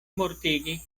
mortigi